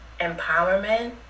empowerment